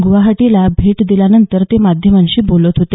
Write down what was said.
गुवाहाटीला भेट दिल्यानंतर ते माध्यमांशी बोलत होते